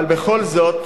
אבל בכל זאת,